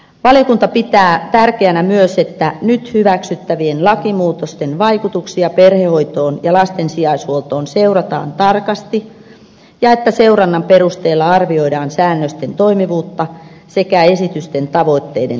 valiokunta pitää tärkeänä myös että nyt hyväksyttävien lakimuutosten vaikutuksia perhehoitoon ja lasten sijaishuoltoon seurataan tarkasti ja että seurannan perusteella arvioidaan säännösten toimivuutta sekä esitysten tavoitteiden toteutumista